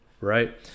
right